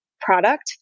product